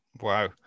Wow